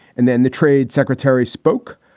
and then the trade secretary spoke,